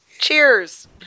cheers